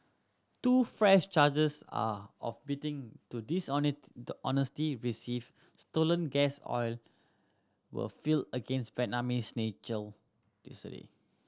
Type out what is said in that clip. two fresh charges are of to the honesty receive stolen gas oil were filed against Vietnamese national yesterday